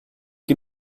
que